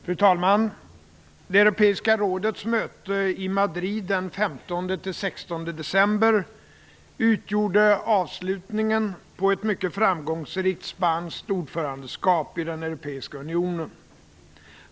Fru talman! Det europeiska rådets möte i Madrid den 15-16 december utgjorde avslutningen på ett mycket framgångsrikt spanskt ordförandeskap i den europeiska unionen.